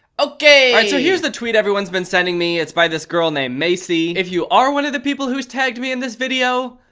and so here's the tweet everyone's been sending me. it's by this girl named maecy. if you are one of the people who's tagged me in this video,